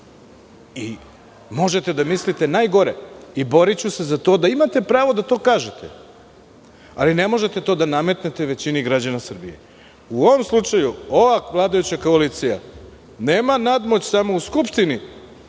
Možete da mislite najgore i boriću se za to da imate pravo da to kažete, ali ne možete to da nametne većini građana Srbije. U ovom slučaju ova vladajuća koalicija nema nadmoć samo u Skupštini